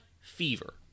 fever